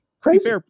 crazy